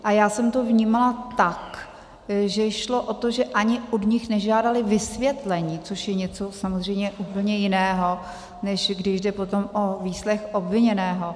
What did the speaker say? A já jsem to vnímala tak, že šlo o to, že ani od nich nežádali vysvětlení, což je něco samozřejmě úplně jiného, než když jde potom o výslech obviněného.